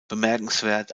bemerkenswert